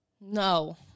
No